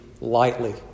Lightly